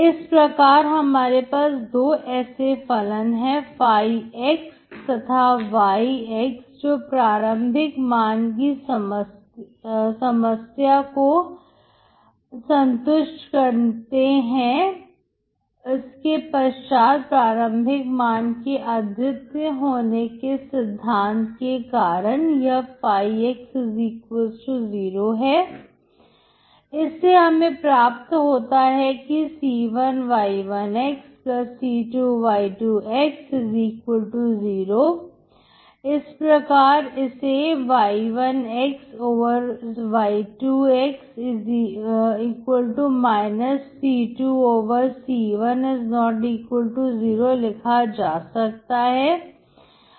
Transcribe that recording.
इस प्रकार हमारे पास दो ऐसे फलन हैं x तथा yx जो प्रारंभिक मान की समस्या को संतुष्ट करते हैंके पश्चात प्रारंभिक मान के अद्वितीय होने के सिद्धांत के कारण यह x0 है इसे हमें प्राप्त होता है कि c1y1xc2y2x0 इस प्रकार इसे y1xy2x c2c1≠0 लिखा जा सकता है